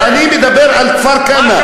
איזה, אתה, לכפר-כנא?